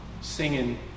singing